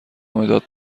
مداد